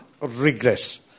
regress